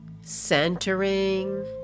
centering